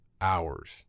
hours